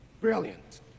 Brilliant